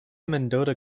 mendota